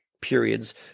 periods